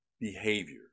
behavior